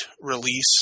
release